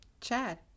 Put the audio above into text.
Chad